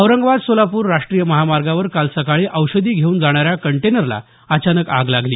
औरंगाबाद सोलापूर राष्ट्रीय महामार्गावर काल सकाळी औषधी घेऊन जाणाऱ्या कंटेनरला अचानक आग लागली